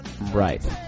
Right